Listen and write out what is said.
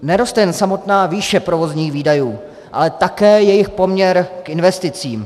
Neroste jen samotná výše provozních výdajů, ale také jejich poměr k investicím.